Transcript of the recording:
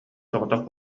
соҕотох